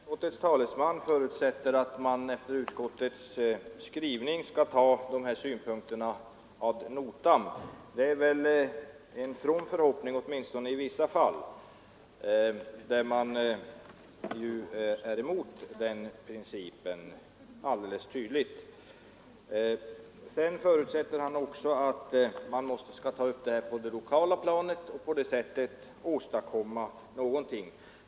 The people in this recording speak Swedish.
Herr talman! Utskottets talesman förutsätter att man kommer att ta utskottets skrivning ad notam. Det är kanske en något from förhoppning, eftersom man på vissa håll alldeles tydligt har en i förhållande till utskottet motsatt uppfattning. Vidare förutsätter herr Nilsson i Växjö att man skall kunna åstadkomma någonting genom att ta upp denna fråga på det lokala planet.